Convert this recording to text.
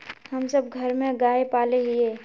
हम सब घर में गाय पाले हिये?